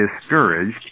discouraged